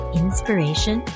inspiration